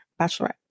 Bachelorette